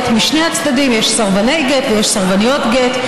הממלכתי ואפשר להתחיל בשכתוב ההיסטוריה.